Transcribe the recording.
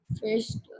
first